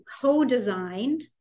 co-designed